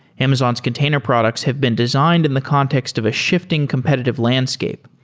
amazon's container products have been designed in the context of a shifting competitive landscape.